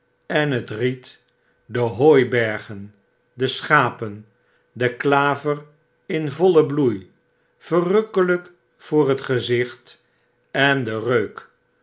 en het riet de hooibergen de schapen de klaver in vollen bloei verrukkelijk voor het gezicht en den reuk